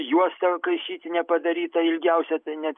juosta kaišytinė padaryta ilgiausia tai net